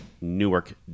Newark